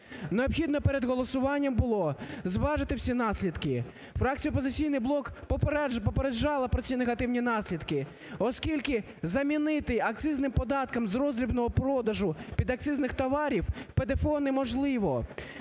Необхідно перед голосуванням було зважити всі наслідки. Фракція "Опозиційний блок" попереджала про ці негативні наслідки, оскільки замінити акцизним податком з роздрібного продажу підакцизних товарів ПДФО неможливо.